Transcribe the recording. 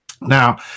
now